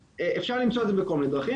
אפשר למצוא את זה בכל מיני דרכים,